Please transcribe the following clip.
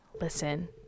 listen